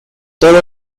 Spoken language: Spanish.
toda